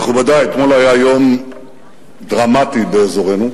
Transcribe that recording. מכובדי, אתמול היה יום דרמטי באזורנו.